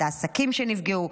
את העסקים שנפגעו,